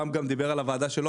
רם דיבר על הוועדה שלו,